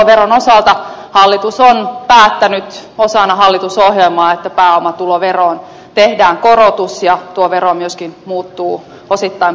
pääomatuloveron osalta hallitus on päättänyt osana hallitusohjelmaa että pääomatuloveroon tehdään korotus ja tuo vero myöskin muuttuu osittain progressiiviseksi